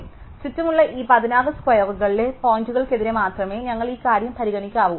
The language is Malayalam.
അതിനാൽ ചുറ്റുമുള്ള ഈ 16 സ്ക്വയറുകളിലെ പോയിന്റുകൾക്കെതിരെ മാത്രമേ ഞങ്ങൾ ഈ കാര്യം പരിഗണിക്കാവൂ